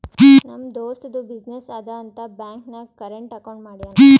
ನಮ್ ದೋಸ್ತದು ಬಿಸಿನ್ನೆಸ್ ಅದಾ ಅಂತ್ ಬ್ಯಾಂಕ್ ನಾಗ್ ಕರೆಂಟ್ ಅಕೌಂಟ್ ಮಾಡ್ಯಾನ್